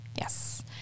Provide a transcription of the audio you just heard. Yes